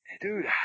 dude